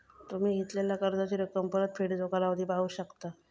तुम्ही घेतलेला कर्जाची रक्कम, परतफेडीचो कालावधी पाहू शकता